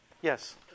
Yes